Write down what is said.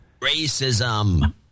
Racism